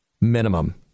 Minimum